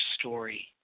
story